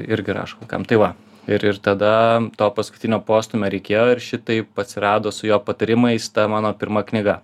irgi raško vaikam tai va ir ir tada to paskutinio postūmio reikėjo ir šitaip atsirado su jo patarimais ta mano pirma knyga